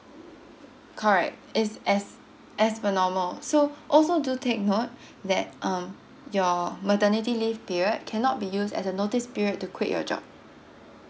correct it's as as per normal so also do take note that um your maternity leave period cannot be used as a notice period to quit your job